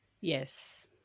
yes